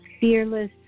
fearless